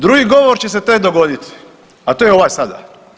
Drugi govor će se tek dogoditi, a to je ovaj sada.